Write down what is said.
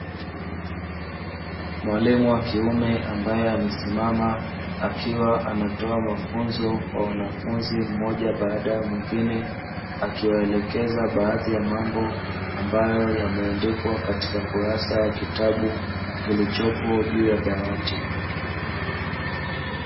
Mwalimu wa kiume ambae amesimama, akiwa anatoa mafunzo kwa wanafunzi mmoja baada ya mwengine, akiwaelekeza baadhi ya mambo ambayo yameandikwa katika kurasa ya kitabu kilichopo juu ya dawati.